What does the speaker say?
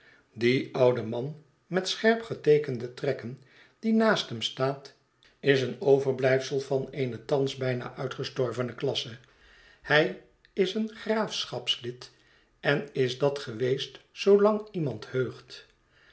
die oude man met scherp geteekende trekken die naast hem staat is een overblijfsel van eene thans bijna uitgestorvene klasse hij is een graafschapslid en is dat geweest zoolang iemand heugt